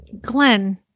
Glenn